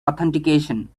authentication